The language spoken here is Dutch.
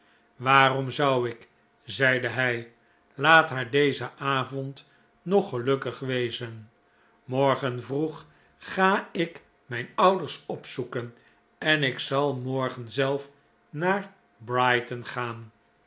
waarom zou ik zeide hij laat haar dezen avond nog gelukkig wezen morgen vroeg ga ik mijn ouders opzoeken en ik zal morgen zelf naar brighton gaan